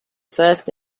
first